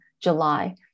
July